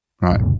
Right